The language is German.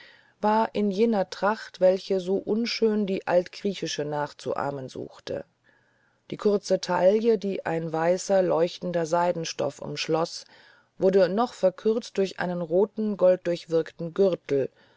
war in jener tracht welche so unschön die altgriechische nachzuahmen sucht die kurze taille die ein weißer leuchtender seidenstoff umschloß wurde noch verkürzt durch einen roten golddurchwirkten gürtel